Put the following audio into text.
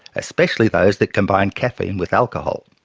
especially those that combine caffeine with alcohol.